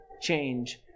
change